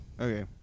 Okay